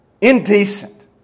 Indecent